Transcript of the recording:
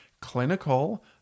clinical